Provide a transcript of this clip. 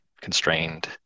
constrained